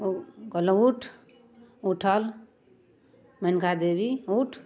ओ कहलहुँ उठ उठल मेनका देबी उठ